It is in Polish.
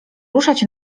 ruszać